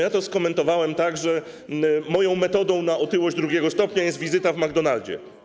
Ja to skomentowałem tak, że moją metodą na otyłość drugiego stopnia jest wizyta w McDonaldzie.